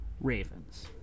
Ravens